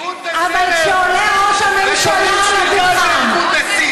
אבל כשעולה ראש הממשלה על הדוכן,